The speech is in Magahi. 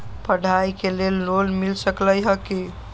पढाई के लेल लोन मिल सकलई ह की?